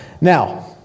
Now